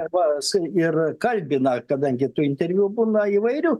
arba su ir kalbina kadangi tų interviu būna įvairių